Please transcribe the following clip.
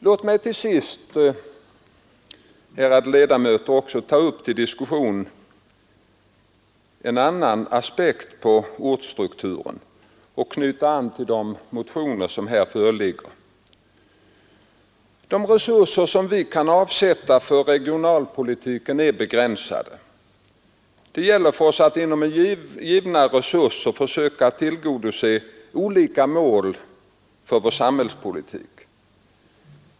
Låt mig till sist, ärade ledamöter, också ta upp till diskussion en annan aspekt på ortsstrukturen och knyta an till de motioner som här föreligger! De resurser som vi kan avsätta för regionalpolitiken är begränsade. Det gäller för oss att inom givna ramar försöka tillgodose olika mål för vår samhällspolitik.